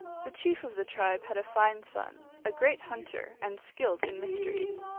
the chief of the tribe had a fine son, a great hunter, and skilled in mysteries.